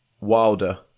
Wilder